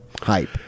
hype